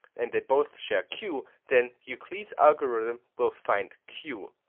and they both share q, then euclid's algorithm will find q.